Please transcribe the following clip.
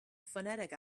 phonetic